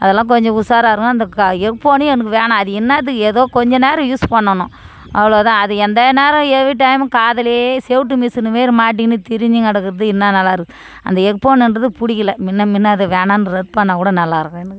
அதெல்லாம் கொஞ்சம் உஷாராக இருங்க அந்த ஹெட்ஃபோனே எனக்கு வேணாம் அது என்னாத்துக்கு ஏதோ கொஞ்சம் நேரம் யூஸ் பண்ணணும் அவ்வளோ தான் அது எந்த நேரம் எனி டைமும் காதுலையே செவிட்டு மிஷின்னுமாரி மாட்டின்னு திரிஞ்சின்னு கிடக்குறது என்ன நல்லா இருக்கு அந்த ஹெட்ஃபோன்றது பிடிக்கல முன்ன முன்ன அது வேணான்னு ரத்து பண்ணாக்கூட நல்லா இருக்கும் எனக்கு